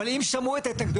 אבל אם שמעו את ההתנגדויות,